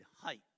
height